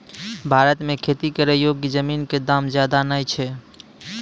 भारत मॅ खेती करै योग्य जमीन कॅ दाम ज्यादा नय छै